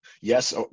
Yes